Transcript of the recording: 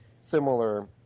similar